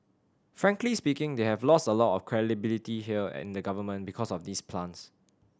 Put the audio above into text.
frankly speaking they have lost a lot of credibility here in the government because of these plants